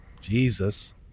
Jesus